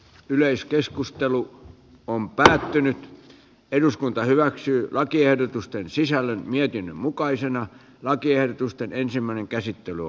yleiskeskustelu on päätynyt eduskunta hyväksyy lakiehdotusten sisällön mietinnön mukaisena lakiehdotusten ensimmäinen käsittely